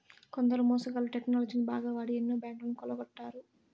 కొందరు మోసగాళ్ళు టెక్నాలజీని బాగా వాడి ఎన్నో బ్యాంకులను కొల్లగొట్టారు